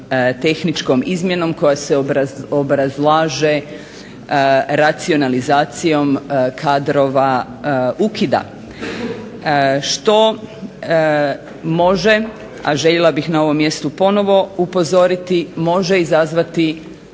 tehničkom izmjenom koja se obrazlaže racionalizacijom kadrova ukida što može, a željela bih na ovom mjestu ponovo upozoriti može izazvati